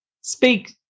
speak